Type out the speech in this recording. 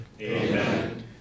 Amen